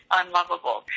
unlovable